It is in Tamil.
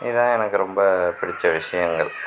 இதுதான் எனக்கு ரொம்ப பிடித்த விஷயங்கள்